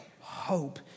hope